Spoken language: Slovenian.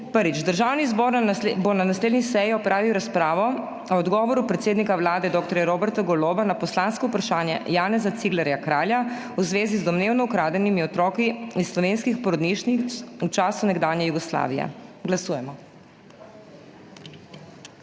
Državni zbor bo na naslednji seji opravil razpravo o odgovoru predsednika Vlade dr. Roberta Goloba na poslansko vprašanje Janeza Ciglerja Kralja v zvezi z domnevno ukradenimi otroki iz slovenskih porodnišnic v času nekdanje Jugoslavije. Glasujemo.